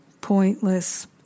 pointless